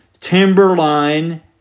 Timberline